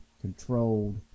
controlled